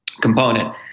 component